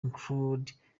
include